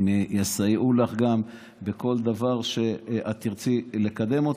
גם יסייעו לך בכל דבר שתרצי לקדם,